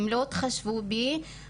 הם לא התחשבו בי,